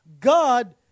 God